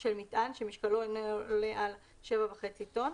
של מטען שמשקלו אינו עולה על 7.5 טון,